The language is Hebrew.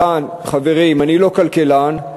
חברים, אני לא כלכלן,